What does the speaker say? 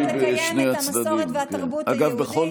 לקיים את המסורת ואת התרבות היהודית.